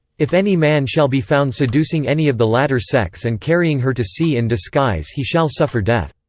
if any man shall be found seducing any of the latter sex and carrying her to sea in disguise he shall suffer death.